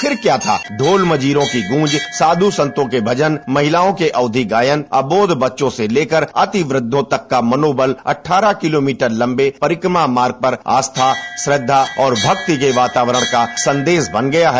फिर क्या था ढोल मजीरों की गूंज साधू संतो के भजन महिलाओं के अवधी गायन अबोध बच्चों से लेकर अति वृद्धों तक का मनोबल अट्ठारह किलामीटर लम्बे परिक्रमा मार्ग पर आस्था श्रद्धा और भक्ति की वातावरण का संदेश बन गया है